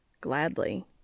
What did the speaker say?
Gladly